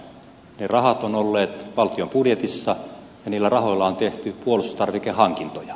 ne rahat ovat olleet valtion budjetissa ja niillä rahoilla on tehty puolustustarvikehankintoja